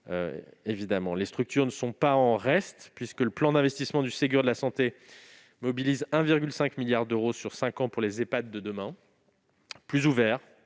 les structures ne sont pas en reste. En effet, le plan d'investissement du Ségur de la santé mobilise 1,5 milliard d'euros sur cinq ans pour les Ehpad de demain, des Ehpad